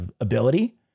ability